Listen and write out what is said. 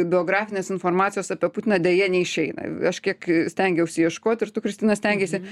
biografinės informacijos apie putiną deja neišeina aš kiek stengiausi ieškoti ir tu kristina stengeisi